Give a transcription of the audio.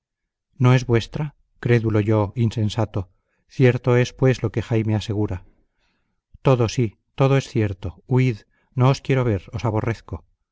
no es vuestra crédulo yo insensato cierto es pues lo que jaime asegura todo sí todo es cierto huid no os quiero ver os aborrezco